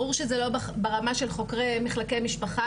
ברור שזה לא ברמה של חוקרי מחלקי משפחה,